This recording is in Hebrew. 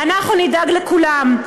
אנחנו נדאג לכולם,